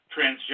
transgender